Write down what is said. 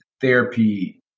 therapy